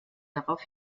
darauf